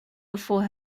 before